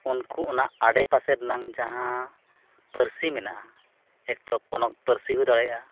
ᱩᱱᱠᱩ ᱚᱱᱟ ᱟᱰᱮᱯᱟᱥᱮ ᱨᱮᱱᱟᱜ ᱡᱟᱦᱟᱸ ᱯᱟᱹᱨᱥᱤ ᱢᱮᱱᱟᱜᱼᱟ ᱮᱠᱛᱚ ᱯᱚᱱᱚᱛ ᱯᱟᱹᱨᱥᱤ ᱦᱩᱭ ᱫᱟᱲᱮᱭᱟᱜᱼᱟ